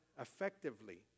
effectively